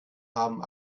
haben